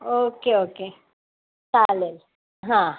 okay okay चालेल हा